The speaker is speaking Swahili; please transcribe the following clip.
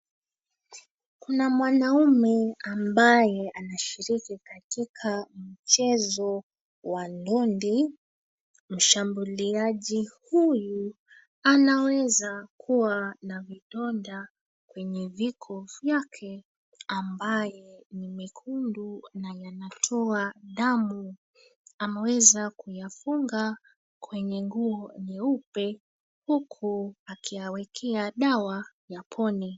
Kuna mwanaume ambaye anashiriki katika mchezo wa ndondi. Mshambuliaji huyu anaweza kuwa na vidonda kwenye viko vyake amabye ni mekundu na yanatoa damu ameweza kuyafunga kwenye nguo nyeupe huku akiyawekea dawa yapone.